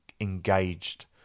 engaged